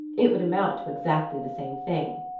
it would amount to exactly the same thing.